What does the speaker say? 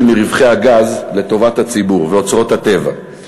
מרווחי הגז ואוצרות הטבע לטובת הציבור?